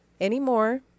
anymore